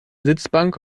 sitzbank